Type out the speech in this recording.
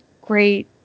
great